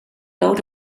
lood